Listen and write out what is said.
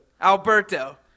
Alberto